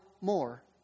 more